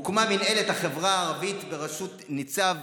הוקמה מינהלת החברה הערבית בראשות ניצב